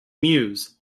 muse